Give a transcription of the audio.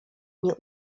nie